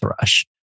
rush